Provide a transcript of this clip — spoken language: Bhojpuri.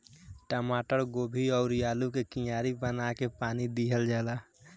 टमाटर, गोभी अउरी आलू के कियारी बना के पानी दिहल जाला